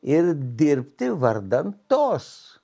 ir dirbti vardan tos